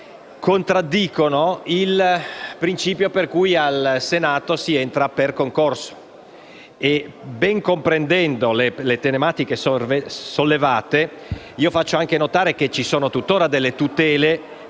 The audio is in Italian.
perché contraddicono il principio per cui al Senato si entra per concorso, ben comprendendo le tematiche sollevate. Faccio anche notare che ci sono tuttora delle tutele